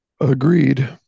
Agreed